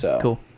Cool